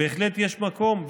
בהחלט יש מקום.